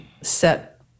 set